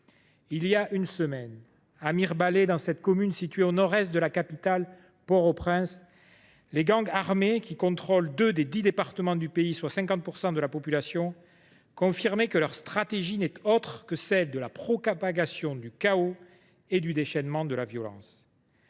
Il y a une semaine, à Mirebalais, commune située au nord est de la capitale de Port au Prince, les gangs armés, qui contrôlent deux des dix départements du pays, soit 50 % de la population, confirmaient qu’ils n’ont d’autre stratégie que de propager le chaos et le déchaînement de la violence.